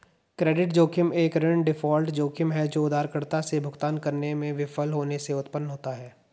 credit जोखिम एक ऋण डिफ़ॉल्ट जोखिम है जो उधारकर्ता से भुगतान करने में विफल होने से उत्पन्न होता है